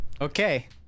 Okay